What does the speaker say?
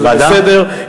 זה בסדר,